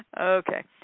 Okay